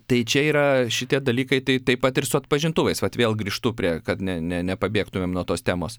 tai čia yra šitie dalykai tai taip pat ir su atpažintuvais kad vėl grįžtu prie kad ne nepabėgtumėm nuo tos temos